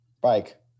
bike